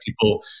people